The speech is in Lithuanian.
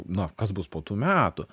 na kas bus po tų metų